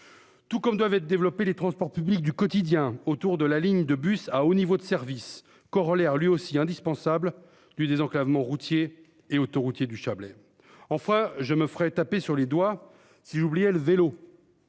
Tout comme doivent être développées. Les transports publics du quotidien autour de la ligne de bus à haut niveau de service corollaire lui aussi indispensable du désenclavement routier et autoroutier du Chablais. Enfin je me ferais taper sur les doigts si j'oubliais le vélo.